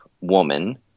woman